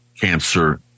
cancer